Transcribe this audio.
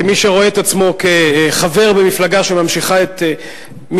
כמי שרואה את עצמו כחבר במפלגה שממשיכה את משנתו,